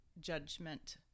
judgment